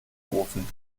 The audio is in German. ofen